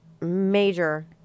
major